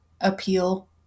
appeal